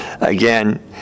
again